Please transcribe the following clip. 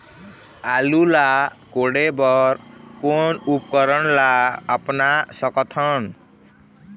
आलू ला कोड़े बर कोन उपकरण ला अपना सकथन?